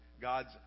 God's